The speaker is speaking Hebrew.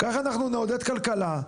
ככה אנחנו נעודד כלכלה,